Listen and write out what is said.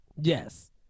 Yes